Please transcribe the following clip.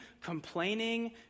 complaining